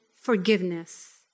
forgiveness